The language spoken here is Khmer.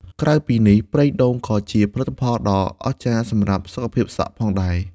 ក្រៅពីនេះ ប្រេងដូងក៏ជាផលិតផលដ៏អស្ចារ្យសម្រាប់ សុខភាពសក់ ផងដែរ។